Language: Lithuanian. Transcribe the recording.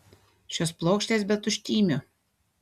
šios plokštės be tuštymių